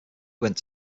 went